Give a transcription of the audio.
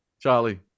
Charlie